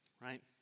right